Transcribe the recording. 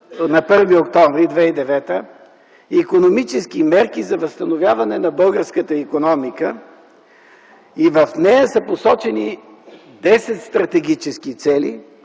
нарича „Икономически мерки за възстановяване на българската икономика”, и в нея са посочени 10 стратегически цели